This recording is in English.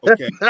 Okay